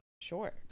sure